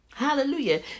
Hallelujah